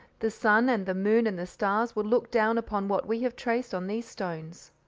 the sun, and the moon, and the stars will look down upon what we have traced on these stones.